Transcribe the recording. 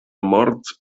morts